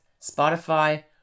Spotify